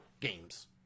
games